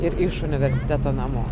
ir iš universiteto namo